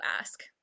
ask